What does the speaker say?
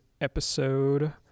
episode